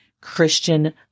Christian